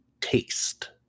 taste